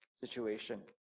situation